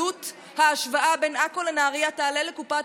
עלות ההשוואה של עכו לנהריה תעלה לקופת